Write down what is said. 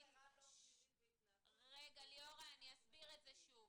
--- אני אסביר שוב